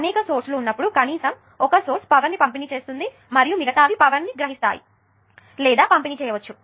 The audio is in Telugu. అనేక సోర్స్ లు ఉన్నప్పుడు కనీసం 1 సోర్స్ పవర్ ని పంపిణీ చేస్తుంది మరియు మిగతావి పవర్ ని గ్రహిస్తాయి లేదా పంపిణీ చేయవచ్చు